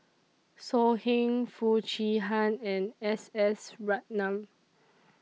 So Heng Foo Chee Han and S S Ratnam